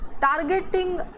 targeting